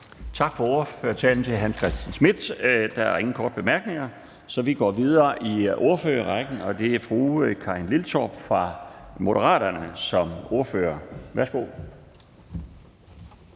Tak for ordførertalen til hr. Hans Christian Schmidt. Der er ingen korte bemærkninger, så vi går videre i ordførerrækken, og det er fru Karin Liltorp fra Moderaterne som ordfører. Værsgo.